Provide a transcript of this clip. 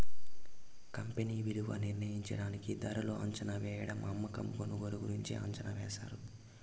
company విలువ నిర్ణయించడానికి ధరలు అంచనావేయడం అమ్మకం కొనుగోలు గురించి అంచనా వేశారు